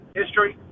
history